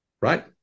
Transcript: right